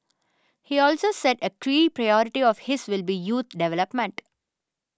he also said a key priority of his will be youth development